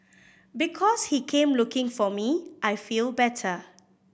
because he came looking for me I feel better